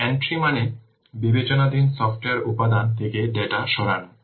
exit মানে বিবেচনাধীন software উপাদান থেকে ডেটা সরানো